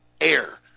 air